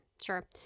sure